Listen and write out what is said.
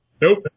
Nope